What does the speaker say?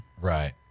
Right